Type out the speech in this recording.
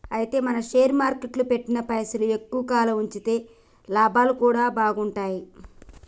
అయితే మనం షేర్ మార్కెట్లో పెట్టిన పైసలు ఎక్కువ కాలం ఉంచితే లాభాలు కూడా బాగుంటాయి